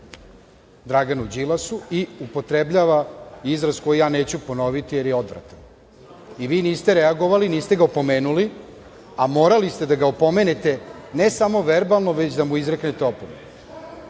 Draganu Đilasu i upotrebljava izraz koji ja neću ponoviti, jer je odvratan. I vi niste reagovali, niste ga opomenuli, a morali ste da ga opomenete, ne samo verbalno, već da mu izreknete opomenu.